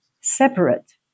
separate